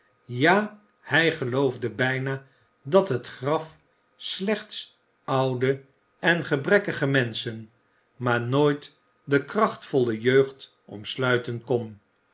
ja hij geloofde bijna dat het graf slechts oude en gebrekkige menschen maar nooit de krachtvolle jeugd omsluiten kon